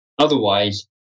Otherwise